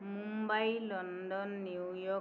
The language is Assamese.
Mumbai London New York